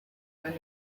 and